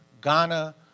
Ghana